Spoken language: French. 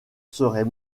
serait